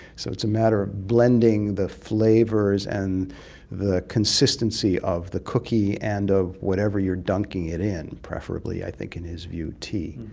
so it's a matter of blending the flavours and the consistency of the cookie and of whatever you are dunking it in, preferably i think in his view tea.